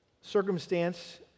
circumstance